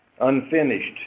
unfinished